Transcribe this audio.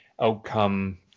outcome